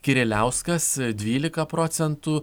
kiriliauskas dvylika procentų